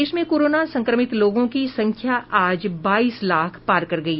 देश में कोरोना संक्रमित लोगों की संख्या आज बाईस लाख पार कर गई